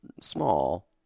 small